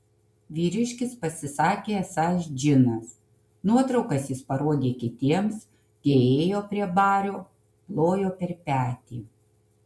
vyriškis pasisakė esąs džinas nuotraukas jis parodė kitiems tie ėjo prie bario plojo per petį